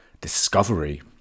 discovery